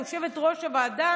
יושבת-ראש הוועדה